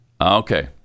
Okay